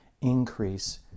increase